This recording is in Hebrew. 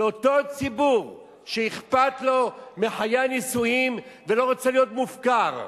לאותו ציבור שאכפת לו מחיי הנישואים ולא רוצה להיות מופקר.